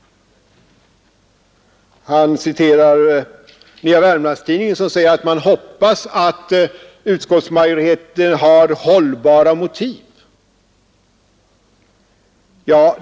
Han citerar Nya Wermlands-Tidningen, som säger sig hoppas att utskottsmajoriteten har hållbara motiv.